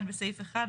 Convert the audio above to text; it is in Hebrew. (1) בסעיף 1,